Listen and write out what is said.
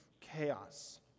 chaos